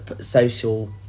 social